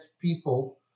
people